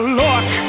look